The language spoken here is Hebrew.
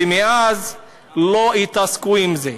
ומאז לא התעסקו עם זה,